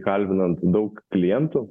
kalbinant daug klientų